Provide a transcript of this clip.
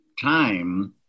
time